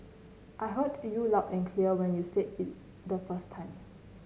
I heard you loud and clear when you said it the first time